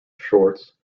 shorts